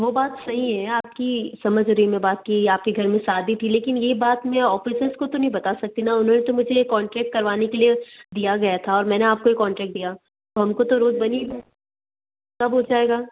वो बात सही है आपकी समझ रही मैं बात कि आपके घर में शादी थी लेकिन ये बात मैं ऑफ़िसर्स को तो नहीं बता सकती न उन्होंने तो मुझे ये कॉन्ट्रैक्ट करवाने के लिए दिया गया था और मैंने आपको ये कॉन्ट्रैक्ट दिया तो हमको तो रोड बनी कब हो जाएगा